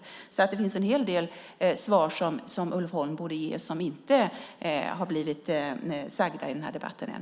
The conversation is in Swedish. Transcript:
Det finns alltså en hel del svar som Ulf Holm borde ge som inte har blivit givna i den här debatten än.